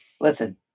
Listen